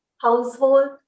household